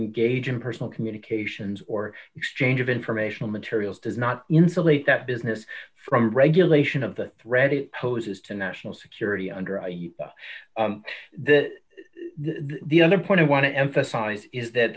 engage in personal communications or exchange of informational materials does not insulate that business from regulation of the threat it poses to national security under the the other point i want to emphasize is that